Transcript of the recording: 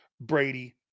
Brady